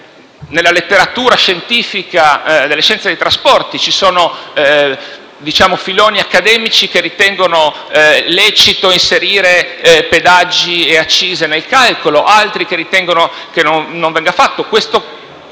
nella letteratura scientifica delle scienze dei trasporti ci sono filoni accademici che ritengono lecito inserire pedaggi e accise nel calcolo, mentre altri ritengono che non vada fatto; questi elementi